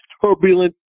turbulent